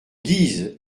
guises